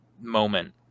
moment